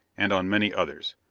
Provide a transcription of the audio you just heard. and on many others.